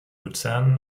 luzern